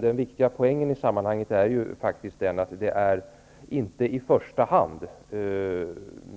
Den viktiga poängen i sammanhanget är emellertid att det inte i första hand är